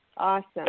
Awesome